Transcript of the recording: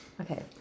Okay